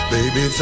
Baby